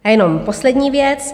A jenom poslední věc.